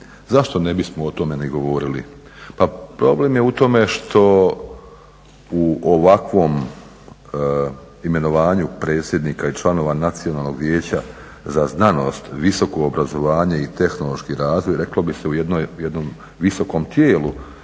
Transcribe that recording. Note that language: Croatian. Zašto ne bismo o tome ni govorili? Pa problem je u tome što u ovakvom imenovanju predsjednika i članova Nacionalnog vijeća za znanost, visoko obrazovanje i tehnološki razvoj reklo bi se u jednoj, jednom visokom tijelu,